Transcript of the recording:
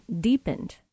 deepened